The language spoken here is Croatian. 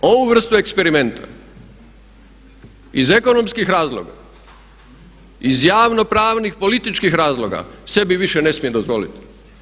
ovu vrstu eksperimenta iz ekonomskih razloga, iz javno pravnih političkih razloga sebi više ne smijem dozvoliti.